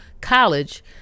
college